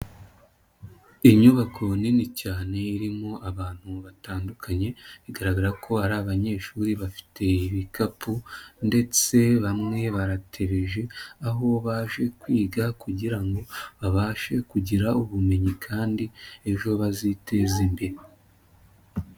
Inyubako nini cyane irimo abantu batandukanye, bigaragara ko ari abanyeshuri bafite ibikapu ndetse bamwe baratebeje, aho baje kwiga kugira ngo babashe kugira ubumenyi kandi ejo baziteza imbere.